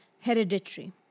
hereditary